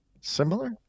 similar